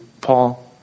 Paul